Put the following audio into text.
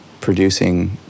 producing